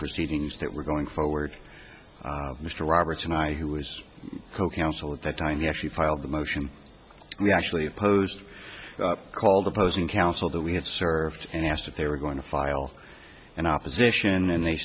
proceedings that were going forward mr roberts and i who was co counsel at that time he actually filed the motion we actually opposed called opposing counsel that we had served and asked if they were going to file an opposition and they